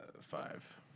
five